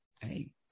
hey